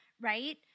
right